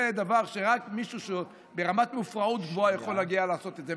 זה דבר שרק מישהו שהוא ברמת מופרעות גבוהה יכול להגיע לעשות את זה.